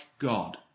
God